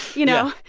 you know?